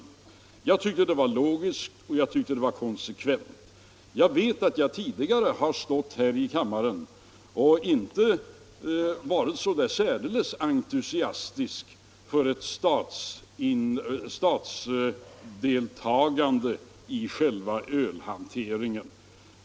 Jag tyckte det var logiskt och jag tyckte det var konsekvent. Jag vet att jag tidigare har stått här i kammaren och inte varit särdeles entusiastisk för ett statsdeltagande i själva ölhanteringen.